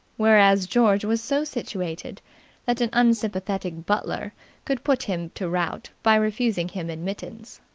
whereas george was so situated that an unsympathetic butler could put him to rout by refusing him admittance.